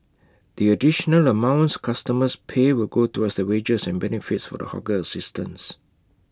the additional amounts customers pay will go towards the wages and benefits for the hawker assistants